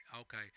Okay